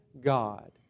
God